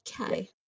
Okay